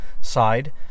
side